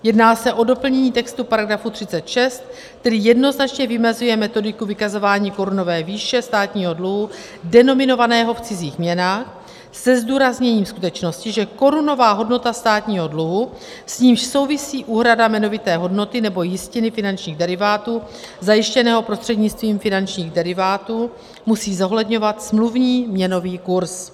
Jedná se o doplnění textu § 36, který jednoznačně vymezuje metodiku vykazování korunové výše státního dluhu denominovaného v cizích měnách, se zdůrazněním skutečnosti, že korunová hodnota státního dluhu, s nímž souvisí úhrada jmenovité hodnoty nebo jistiny finančních derivátů, zajištěného prostřednictvím finančních derivátů, musí zohledňovat smluvní měnový kurz;